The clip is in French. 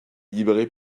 libéré